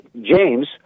James